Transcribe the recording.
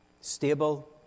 stable